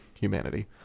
humanity